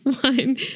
one